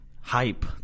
hype